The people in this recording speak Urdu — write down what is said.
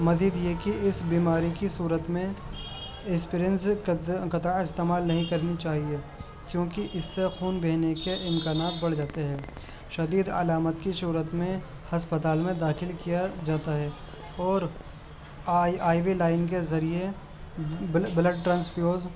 مزید یہ کہ اس بیماری کی صورت میں اسپرنس قطع استعمال نہیں کرنی چاہیے کیونکہ اس سے خون بہنے کے امکانات بڑھ جاتے ہیں شدید علامت کی صورت میں ہسپتال میں داخل کیا جاتا ہے اور آئی آئی وی لائن کے ذریعے بلڈ ٹرانسفیوز